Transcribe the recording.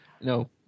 No